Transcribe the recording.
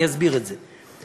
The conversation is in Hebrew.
אני אסביר את זה.